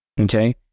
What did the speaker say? okay